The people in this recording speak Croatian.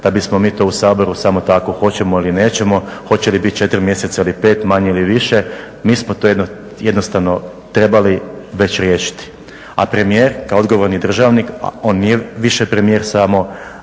da bi smo mi to u Saboru samo tako hoćemo li nećemo, hoće bi biti 4. mjeseca ili 5., manje ili više. Mi smo to jednostavno trebali već riješiti. A premijer kao odgovorni državni, a on nije više premijer samo